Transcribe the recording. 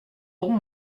pour